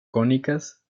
cónicas